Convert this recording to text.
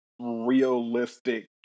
realistic